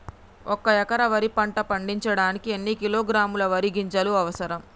ఒక్క ఎకరా వరి పంట పండించడానికి ఎన్ని కిలోగ్రాముల వరి గింజలు అవసరం?